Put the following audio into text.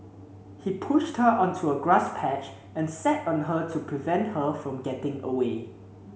he pushed her onto a grass patch and sat on her to prevent her from getting away